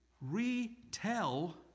retell